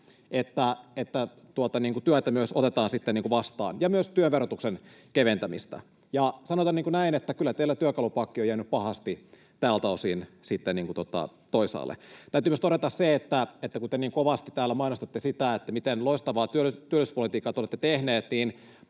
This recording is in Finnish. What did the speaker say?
että työtä myös otetaan vastaan. Sanotaan, että kyllä teillä työkalupakki on jäänyt pahasti tältä osin toisaalle. Täytyy myös todeta, että kun te niin kovasti täällä mainostatte, miten loistavaa työllisyyspolitiikka te olette tehneet,